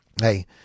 Hey